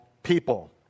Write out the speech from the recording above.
People